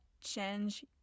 change